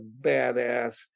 badass